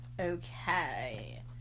okay